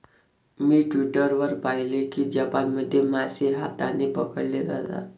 मी Twitter वर पाहिले की जपानमध्ये मासे हाताने पकडले जातात